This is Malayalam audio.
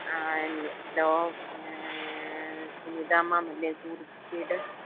ആ ഞാ ഹലോ സുനിത മാമല്ലേ ടൂറിസ്റ്റ് ഗൈഡ്